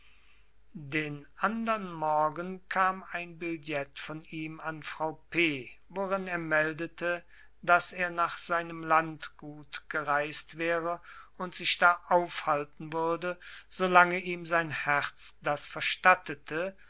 den andern morgen kam ein billet von ihm an frau von p worin er meldete daß er nach seinem landgut gereist wäre und sich da aufhalten würde so lang ihm sein herz das verstattete